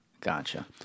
Gotcha